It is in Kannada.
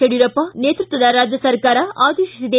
ಯಡಿಯೂರಪ್ಪ ನೇತೃತ್ವದ ರಾಜ್ಯ ಸರ್ಕಾರ ಆದೇಶಿಸಿದೆ